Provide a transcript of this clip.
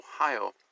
Ohio